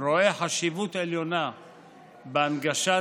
רואה חשיבות עליונה בהנגשת